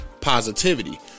positivity